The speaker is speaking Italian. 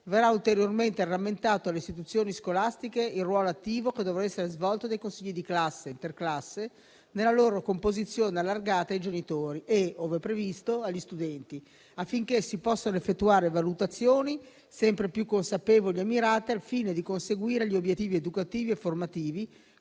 verrà ulteriormente rammentato alle istituzioni scolastiche il ruolo attivo che dovrà essere svolto dai consigli di classe e interclasse nella loro composizione allargata ai genitori e, ove previsto, agli studenti, affinché si possano effettuare valutazioni sempre più consapevoli e mirate al fine di conseguire gli obiettivi educativi e formativi